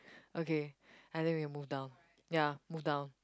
okay I think we can move down ya move down